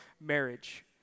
marriage